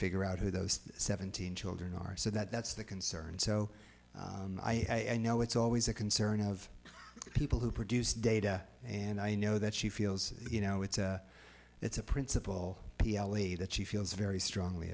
figure out who those seventeen children are so that's the concern so i know it's always a concern of people who produce data and i know that she feels you know it's a it's a principal pioli that she feels very strongly